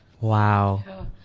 Wow